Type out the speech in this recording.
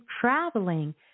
traveling